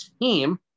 team